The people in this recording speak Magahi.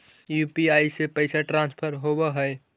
यु.पी.आई से पैसा ट्रांसफर होवहै?